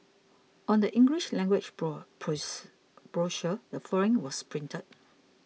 on the English language brochure the following was printed